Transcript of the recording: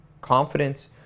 Confidence